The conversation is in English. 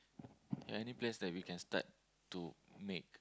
ya any plans that we can start to make